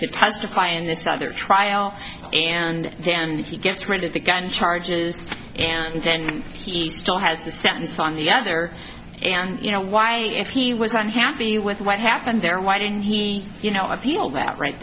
to testify in this other trial and then he gets rid of the gun charges and then he still has the sentence on the other and you know why if he was unhappy with what happened there why didn't he you know i feel that right